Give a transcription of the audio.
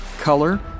color